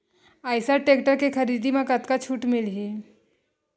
Eicher tractor के खरीदी म कतका छूट मिलही?